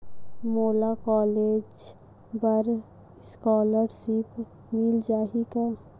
मोला कॉलेज बर स्कालर्शिप मिल जाही का?